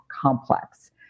complex